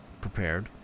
prepared